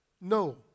No